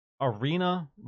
arena